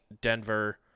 Denver